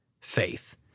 faith